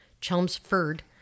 Chelmsford